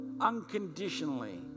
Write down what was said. unconditionally